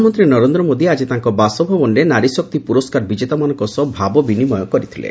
ପ୍ରଧାନମନ୍ତ୍ରୀ ନରେନ୍ଦ୍ର ମୋଦି ଆଜି ତାଙ୍କ ବାସଭବନରେ ନାରୀଶକ୍ତି ପୁରସ୍କାର ବିଜେତାମାନଙ୍କ ସହ ଭାବ ବିନିମୟ କରିବେ